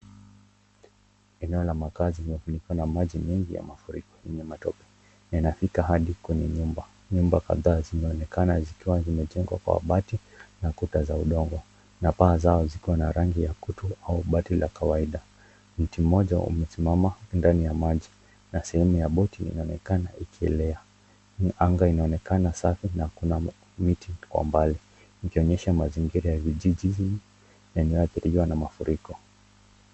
Eneo la makazi limefunikwa na maji mengi ya mafuriko yenye matope, na inafika hadi kwenye nyumba. Nyumba kadhaa zimeonekana zikiwa zimejengwa kwa mabati na kuta za udongo, na paa zao ziko na rangi ya kutu au bati la kawaida. Mti mmoja umesimama ndani ya maji na sehemu ya boti inaonekana ikielea. Anga inaonekana safi na kuna miti kwa mbali. Ikionyesha mazingira ya vijijini yaliyoathiriwa na mafuriko.